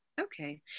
okay